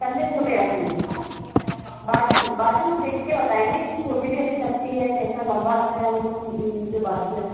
कंधे छोटे रखेंगे बाजू बाजू देखके बताएंगे कि छोटी भी अच्छी लगती है कैसा लंबा रखना उनको जो बाजू है